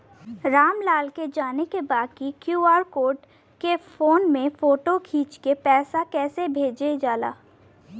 राम लाल के जाने के बा की क्यू.आर कोड के फोन में फोटो खींच के पैसा कैसे भेजे जाला?